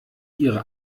ihre